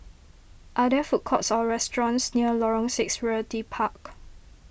are there food courts or restaurants near Lorong six Realty Park